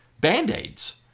band-aids